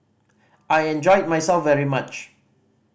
I enjoyed myself very much